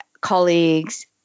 colleagues